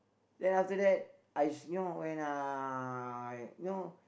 then after that I you know when uh you know